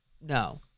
no